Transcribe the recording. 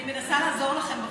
אני מנסה לעזור לכם בחוץ.